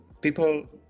people